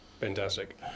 Fantastic